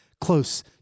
close